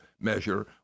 measure